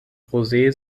rosee